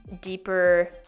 deeper